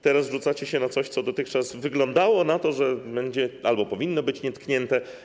Teraz rzucacie się na coś, co - dotychczas wyglądało na to - było albo powinno być nietknięte.